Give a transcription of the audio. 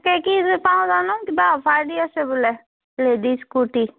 কে কি যে পাওঁ জানো কিবা অ'ফাৰ দি আছে বোলে লেডিজ কুৰ্তি